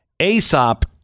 Aesop